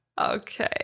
Okay